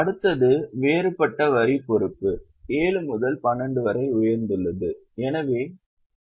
அடுத்தது வேறுபட்ட வரி பொறுப்பு 7 முதல் 12 வரை உயர்ந்துள்ளது